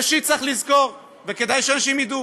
ראשית, צריך לזכור, וכדאי שאנשים ידעו: